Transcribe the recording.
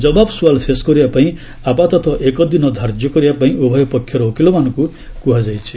ଜବାବ ସୁଆଲ ଶେଷ କରିବାପାଇଁ ଆପାତତଃ ଏକ ଦିନ ଧାର୍ଯ୍ୟ କରିବାପାଇଁ ଉଭୟ ପକ୍ଷର ଓକିଲମାନଙ୍କୁ କୁହାଯାଇଛି